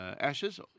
Ashes